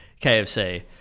KFC